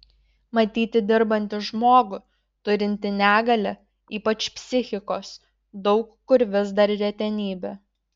matyti dirbantį žmogų turintį negalią ypač psichikos daug kur vis dar retenybė